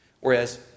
Whereas